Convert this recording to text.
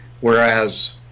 whereas